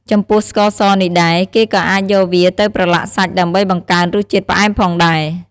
ចំពោះស្ករសនេះដែរ គេក៏អាចយកវាទៅប្រឡាក់សាច់ដើម្បីបង្កើនរសជាតិផ្អែមផងដែរ។